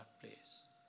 place